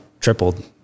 tripled